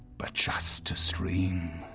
but just stream.